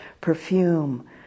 perfume